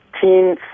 teen